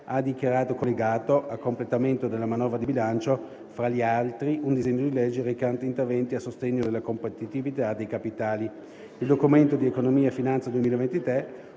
ha dichiarato collegato, a completamento della manovra di bilancio, fra gli altri, un disegno di leggere recante interventi a sostegno della competitività dei capitali. Il Documento di economia e finanza 2023,